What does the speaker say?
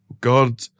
God